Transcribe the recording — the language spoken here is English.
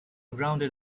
grounded